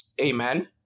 amen